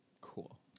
cool